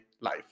life